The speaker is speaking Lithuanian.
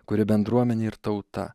kuri bendruomenė ir tauta